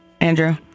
Andrew